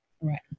right